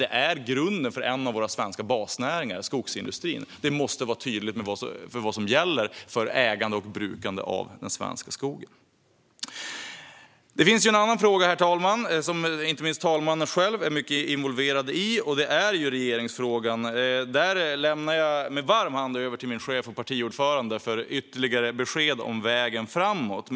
Det är grunden för en av våra svenska basnäringar, skogsindustrin, och det måste vara tydligt vad som gäller för ägande och brukande av den svenska skogen. En fråga som inte minst herr talmannen själv är mycket involverad i är regeringsfrågan. Här lämnar jag med varm hand över till min chef och partiordförande att ge ytterligare besked om vägen framåt.